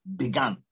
began